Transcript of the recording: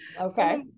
Okay